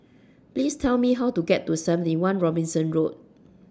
Please Tell Me How to get to seventy one Robinson Road